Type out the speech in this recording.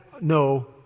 no